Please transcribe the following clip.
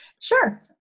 Sure